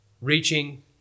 reaching